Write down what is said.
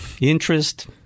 Interest